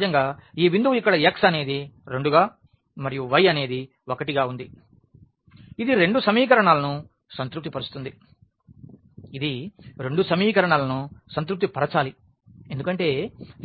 సహజంగా ఈ బిందువు ఇక్కడ x అనేది 2 గా మరియు y అనేది 1 గా ఉంది ఇది రెండు సమీకరణాలను సంతృప్తి పరుస్తుంది ఇది రెండు సమీకరణాలను సంతృప్తి పరచాలి ఎందుకంటే